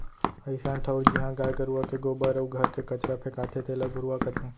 अइसन ठउर जिहॉं गाय गरूवा के गोबर अउ घर के कचरा फेंकाथे तेला घुरूवा कथें